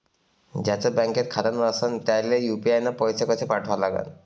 ज्याचं बँकेत खातं नसणं त्याईले यू.पी.आय न पैसे कसे पाठवा लागन?